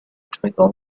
twinkle